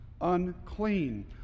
Unclean